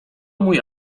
mój